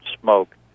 smoke